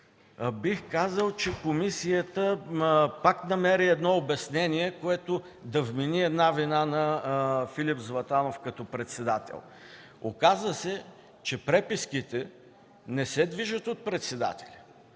заседания, комисията пак намери обяснение, с което да вмени вина на Филип Златанов като председател. Оказа се, че преписките не се движат от председателя.